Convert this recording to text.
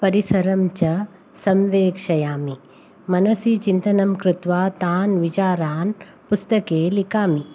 परिसरं च संवेक्षयामि मनसि चिन्तनं कृत्वा तान् विचारान् पुस्तके लिखामि